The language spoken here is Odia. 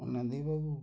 ନଦେଇବାକୁ